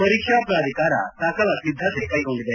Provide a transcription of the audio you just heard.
ಪರೀಕ್ಷಾ ಪ್ರಾಧಿಕಾರ ಸಕಲ ಸಿದ್ದತೆ ಕೈಗೊಂಡಿದೆ